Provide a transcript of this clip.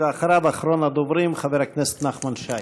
אחריו, אחרון הדוברים, חבר הכנסת נחמן שי.